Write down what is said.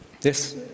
Yes